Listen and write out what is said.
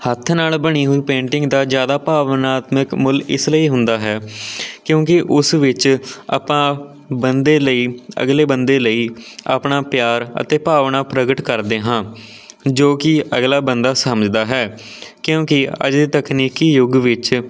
ਹੱਥ ਨਾਲ਼ ਬਣੀ ਹੋਈ ਪੇਂਟਿੰਗ ਦਾ ਜ਼ਿਆਦਾ ਭਾਵਨਾਤਮਕ ਮੁੱਲ ਇਸ ਲਈ ਹੁੰਦਾ ਹੈ ਕਿਉਂਕਿ ਉਸ ਵਿੱਚ ਆਪਾਂ ਬੰਦੇ ਲਈ ਅਗਲੇ ਬੰਦੇ ਲਈ ਆਪਣਾ ਪਿਆਰ ਅਤੇ ਭਾਵਨਾ ਪ੍ਰਗਟ ਕਰਦੇ ਹਾਂ ਜੋ ਕਿ ਅਗਲਾ ਬੰਦਾ ਸਮਝਦਾ ਹੈ ਕਿਉਂਕਿ ਅਜੇ ਤਕਨੀਕੀ ਯੁੱਗ ਵਿੱਚ